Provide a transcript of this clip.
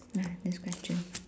nah this question